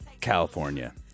California